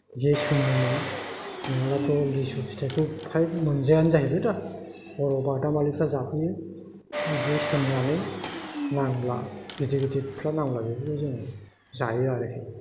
जे सोङोमोन नङाब्लाथ' लिसु फिथाइखौ फ्राय मोनजायानो जाहैबाय दा हराव बादामलिफ्रा जाफैयो जे सोंनानै नांब्ला गिदिर गिदिरफ्रा नांब्ला बेफोरखौ जों जायो आरोखि